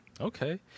Okay